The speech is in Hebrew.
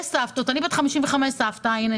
אני בת 55 סבתא הנה,